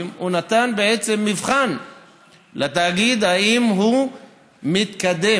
הוא נתן בעצם מבחן לתאגיד אם הוא מתקדם